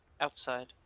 Outside